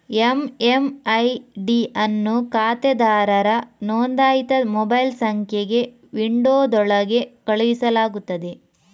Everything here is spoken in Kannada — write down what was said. ಎಮ್.ಎಮ್.ಐ.ಡಿ ಅನ್ನು ಖಾತೆದಾರರ ನೋಂದಾಯಿತ ಮೊಬೈಲ್ ಸಂಖ್ಯೆಗೆ ವಿಂಡೋದೊಳಗೆ ಕಳುಹಿಸಲಾಗುತ್ತದೆ